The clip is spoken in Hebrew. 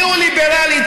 ניאו-ליברלית,